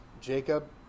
Jacob